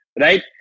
right